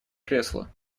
кресло